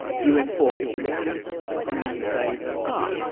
you import your picture and then you say ah,